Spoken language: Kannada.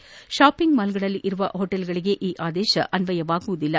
ಆದರೆ ಶಾಪಿಂಗ್ ಮಾಲ್ಗಳಲ್ಲಿರುವ ಹೋಟೇಲ್ಗಳಿಗೆ ಈ ಆದೇಶ ಅನ್ವಯವಾಗುವುದಿಲ್ಲ